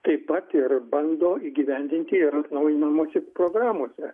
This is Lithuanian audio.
taip pat ir bando įgyvendinti ir atnaujinamose programose